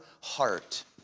heart